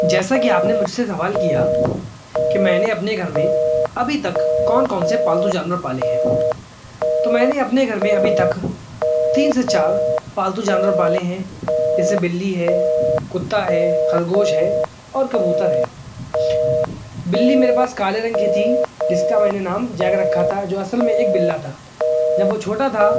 جیسا کہ آپ نے مجھ سے سوال کیا کہ میں نے اپنے گھر میں ابھی تک کون کون سے پالتو جانور پالے ہیں تو میں نے اپنے گھر میں ابھی تک تین سے چار پالتو جانور پالے ہیں جیسے بلّی ہے کتا ہے خرگوش ہے اور کبوتر ہے بلّی میرے پاس کالے رنگ کی تھی جس کا میں نے نام جیگ رکھا تھا جو اصل میں ایک بلّا تھا جب وہ چھوٹا تھا